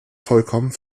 vollkommen